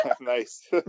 Nice